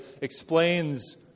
explains